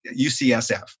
UCSF